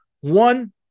One